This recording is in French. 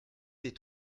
des